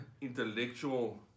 intellectual